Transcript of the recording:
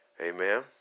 Amen